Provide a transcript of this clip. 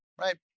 right